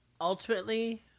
ultimately